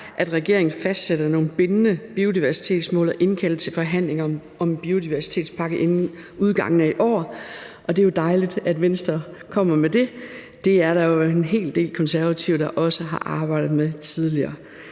at regeringen fastsætter nogle bindende biodiversitetsmål og indkalder til forhandlinger om en biodiversitetspakke inden udgangen af i år, og det er jo dejligt, at Venstre kommer med det. Det er der jo en hel del konservative, der også har arbejdet med tidligere.